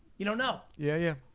you don't know. yeah, yeah,